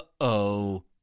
uh-oh